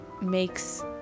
makes